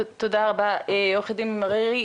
תודה רבה, עו"ד מררי.